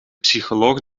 psycholoog